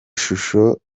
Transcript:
shusho